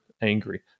angry